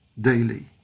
daily